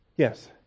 Yes